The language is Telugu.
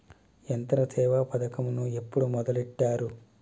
యంత్రసేవ పథకమును ఎప్పుడు మొదలెట్టారు?